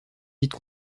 vite